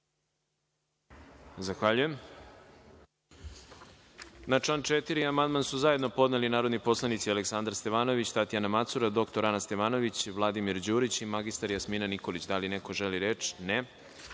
Zahvaljujem. Na član 4. amandman su zajedno podneli narodni poslanici Aleksandar Stevanović, Tatjana Macura, dr Ana Stevanović, Vladimir Đurić i mr Jasmina Nikolić. Da li neko želi reč?